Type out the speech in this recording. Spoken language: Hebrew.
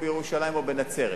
בירושלים או בנצרת,